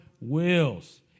wills